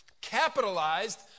capitalized